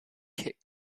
kit